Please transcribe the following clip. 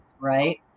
right